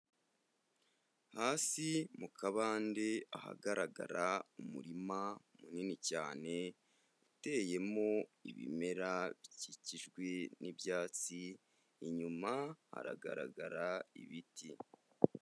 Hasi mu kabande ahagaragara umurima munini cyane, uteyemo ibimera bikikijwe n'ibyatsi, inyuma haragaragara ibiti.